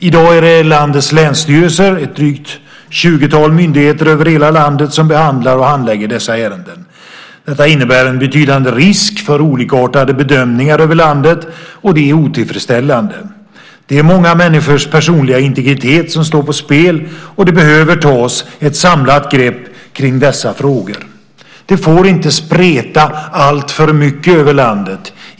I dag är det landets länsstyrelser, ett drygt 20-tal myndigheter över hela landet, som behandlar och handlägger dessa ärenden. Detta innebär en betydande risk för olikartade bedömningar över landet, och det är otillfredsställande. Det är många människors personliga integritet som står på spel. Det behöver tas ett samlat grepp kring dessa frågor. Det får inte spreta alltför mycket över landet.